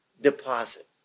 deposit